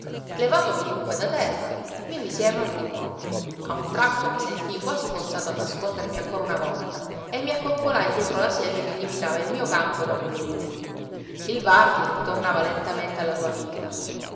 levatomi dunque da terra mi misi a errar di nuovo a un tratto mi sentii quasi forzato a nascondermi ancora una volta e mi accoccolai dietro la siepe che limitava il mio campo da quello di lui il vardi ritornava lentamente alla sua villa